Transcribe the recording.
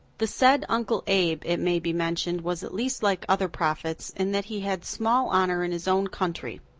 the said uncle abe, it may be mentioned, was at least like other prophets in that he had small honor in his own country.